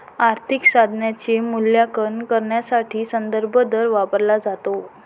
आर्थिक साधनाचे मूल्यांकन करण्यासाठी संदर्भ दर वापरला जातो